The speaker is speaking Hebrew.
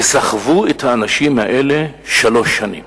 וסחבו את האנשים האלה שלוש שנים.